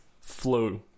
flow